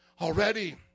already